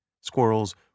Squirrels